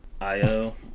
IO